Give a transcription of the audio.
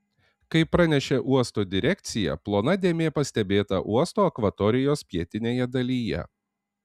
kaip pranešė uosto direkcija plona dėmė pastebėta uosto akvatorijos pietinėje dalyje